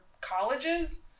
colleges